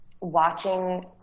watching